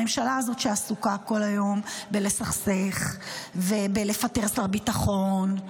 הממשלה הזאת שעסוקה כל היום בלסכסך ובלפטר שר ביטחון,